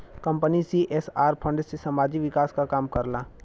company CSR fund से सामाजिक विकास क काम करला